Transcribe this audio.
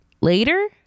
Later